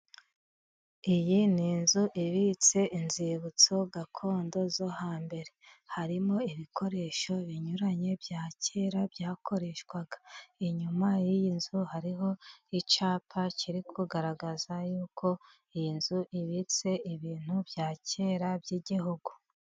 Iyi ni inzu ibitse inzibutso gakondo zo hambere. Harimo ibikoresho binyuranye bya kera byakoreshwaga. Inyuma y'iyi nzu hariho icyapa kiri kugaragaza y'uko iyi nzu ibitse ibintu bya kera by'Igihugu.